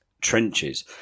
trenches